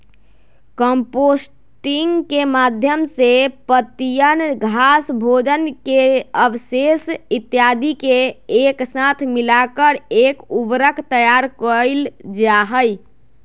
composting के माध्यम से पत्तियन, घास, भोजन के अवशेष इत्यादि के एक साथ मिलाकर एक उर्वरक तैयार कइल जाहई